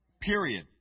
Period